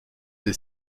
des